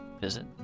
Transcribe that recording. visit